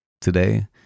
Today